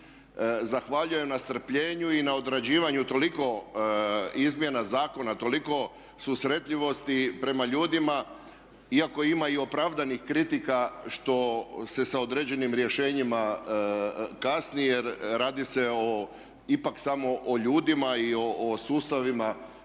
zahvaljujem na strpljenju i na odrađivanju toliko izmjena zakona, toliko susretljivosti prema ljudima iako ima i opravdanih kritika što se sa određenim rješenjima kasni jer radi se o, ipak samo o ljudima i o sustavima